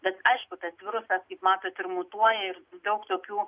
bet aišku tas virusas kaip matot ir mutuoja ir daug tokių